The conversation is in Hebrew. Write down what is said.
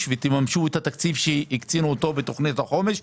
ותממשו את התקציב שהקצינו אותו בתוכנית החומש,